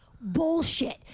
Bullshit